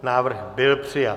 Návrh byl přijat.